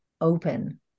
open